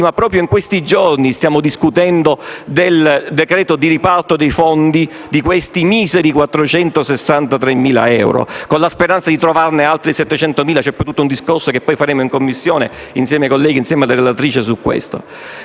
proprio in questi giorni stiamo discutendo del decreto di riparto dei fondi di questi miseri 463.000 euro, con la speranza di trovarne altri 700.000. Ad ogni modo, si tratta di un discorso che affronteremo in Commissione insieme ai colleghi e alla relatrice.